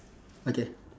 okay